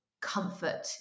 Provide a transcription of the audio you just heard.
comfort